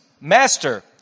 Master